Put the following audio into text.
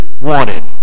wanted